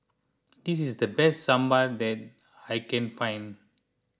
this is the best Sambar that I can find